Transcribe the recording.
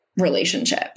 relationship